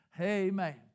Amen